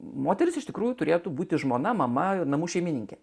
moteris iš tikrųjų turėtų būti žmona mama namų šeimininkė